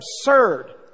absurd